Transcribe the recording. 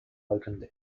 opened